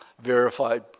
verified